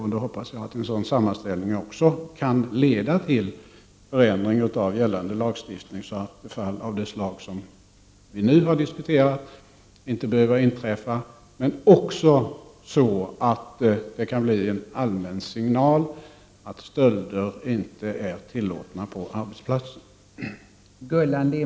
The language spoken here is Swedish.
Jag hoppas att en sådan sammanställning också kan leda till förändring av gällande lagstiftning så att fall av det slag som vi nu har diskuterat inte behö ver inträffa, men också så att det kommer en allmän signal med den innebörden att stölder inte är tillåtna på arbetsplatsen.